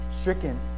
stricken